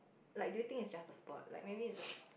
like do you think is just a sport like maybe like